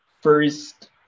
first